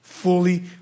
fully